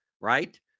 right